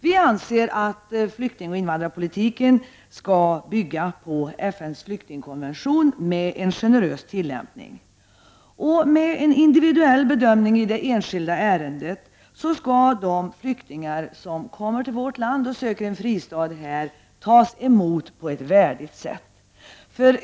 Vi anser att flyktingoch invandrarpolitiken skall bygga på FN:s flyktingkonvention kombinerad med en generös tillämpning av densamma. Med en individuell bedömning i det enskilda ärendet skall de flyktingar som kommer till vårt land och söker en fristad här tas emot på ett värdigt sätt.